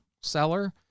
seller